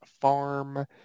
farm